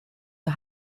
der